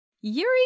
Yuri